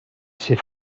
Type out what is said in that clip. ser